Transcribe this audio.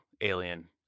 alien